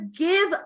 Give